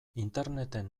interneten